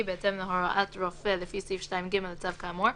בהתאם להוראת רופא לפי סעיף 2(ג) לצו כאמור,